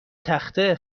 تخته